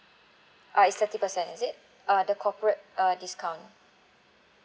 uh it's thirty percent is it uh the corporate uh discount